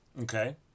Okay